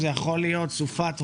זה יכול להיות סופת הוריקן,